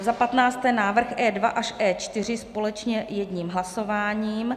Za 15. návrh E2 až E4 společně jedním hlasováním.